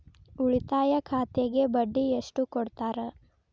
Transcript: ಉಳಿತಾಯ ಖಾತೆಗೆ ಬಡ್ಡಿ ಎಷ್ಟು ಕೊಡ್ತಾರ?